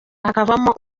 hakavamo